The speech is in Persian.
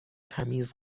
تمیز